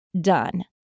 done